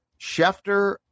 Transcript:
Schefter